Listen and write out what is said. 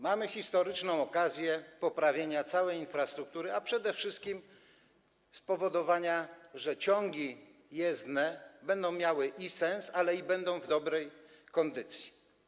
Mamy historyczną okazję poprawienia całej infrastruktury, a przede wszystkim spowodowania, że ciągi jezdne i będą miały sens, ale i będą w dobrej kondycji.